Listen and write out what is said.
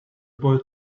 boy